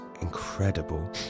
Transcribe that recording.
incredible